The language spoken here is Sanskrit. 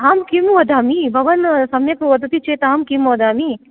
अहं किं वदामि भवान् सम्यक् वदति चेत् अहं किं वदामि